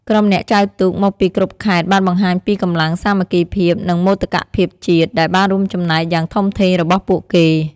ក្រុមអ្នកចែវទូកមកពីគ្រប់ខេត្តបានបង្ហាញពីកម្លាំង សាមគ្គីភាព និងមោទកភាពជាតិ ដែលបានរួមចំណែកយ៉ាងធំធេងរបស់ពួកគេ។